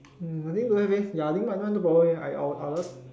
hmm I think don't have leh ya I think my one no problem leh I I I just